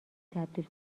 تبدیل